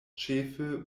ĉefe